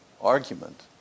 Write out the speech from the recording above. argument